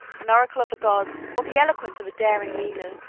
an oracle of the gods or the eloquence of a daring leader,